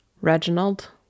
Reginald